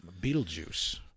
Beetlejuice